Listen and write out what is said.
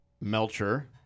Melcher